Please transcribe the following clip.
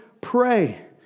pray